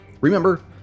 Remember